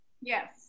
Yes